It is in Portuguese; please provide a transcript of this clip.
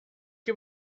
que